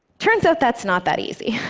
turns out, that's not that easy.